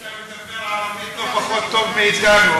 אתה מדבר ערבית לא פחות טוב מאתנו,